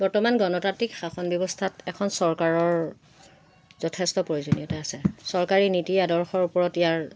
বৰ্তমান গণতান্ত্ৰিক শাসন ব্যৱস্থাত এখন চৰকাৰৰ যথেষ্ট প্ৰয়োজনীয়তা আছে চৰকাৰী নীতি আদৰ্শৰ ওপৰত ইয়াৰ